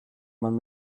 man